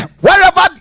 wherever